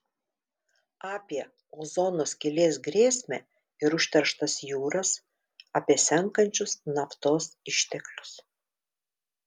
apie ozono skylės grėsmę ir užterštas jūras apie senkančius naftos išteklius